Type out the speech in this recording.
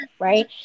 right